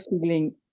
feeling